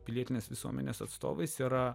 pilietinės visuomenės atstovais yra